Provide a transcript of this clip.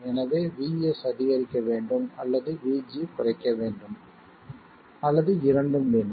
எனவே VS அதிகரிக்க வேண்டும் அல்லது VG குறைக்க வேண்டும் அல்லது இரண்டும் வேண்டும்